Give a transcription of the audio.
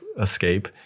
escape